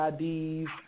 IDs